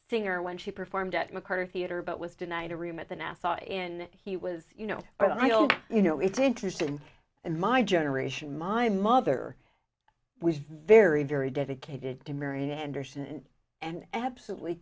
singer when she performed at macarthur theater but was denied a room at the nassau in he was you know but i don't you know it's interesting in my generation my mother was very very dedicated to marian anderson and absolutely